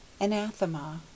Anathema